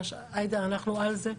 עאידה, אנחנו על זה.